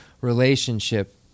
relationship